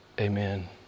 Amen